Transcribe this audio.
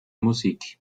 musik